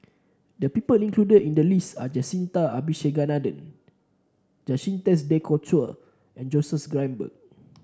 the people included in the list are Jacintha Abisheganaden de Coutre and Joseph Grimberg